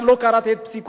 גם לא קראתי את פסיקותיו.